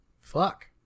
fuck